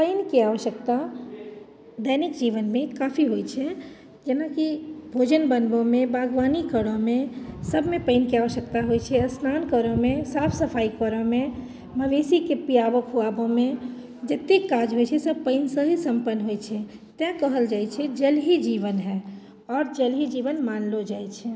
पानिके आवश्यकता दैनिक जीवनमे काफी होइ छै जेना कि भोजन बनबैमे बागवानी करऽमे सभमे पानिके आवश्यक्ता होइ छै स्नान करऽमे साफ सफाइ करऽमे मवेशीके पियाबऽ खुआबऽमे जतेक काज होइ छै सभ पानि सऽ ही सम्पन्न होइ छै तैँ कहल जाइ छै जल ही जीवन है आओर जल ही जीवन मानलो जाइ छै